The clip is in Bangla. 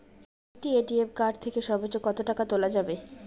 একটি এ.টি.এম কার্ড থেকে সর্বোচ্চ কত টাকা তোলা যাবে?